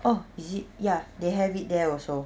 orh is it ya they have it there also